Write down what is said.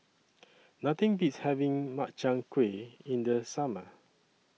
Nothing Beats having Makchang Gui in The Summer